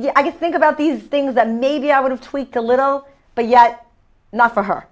just think about these things that maybe i would have tweaked a little but yet not for her